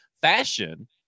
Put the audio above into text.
fashion